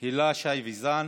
הילה שי וזאן,